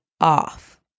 off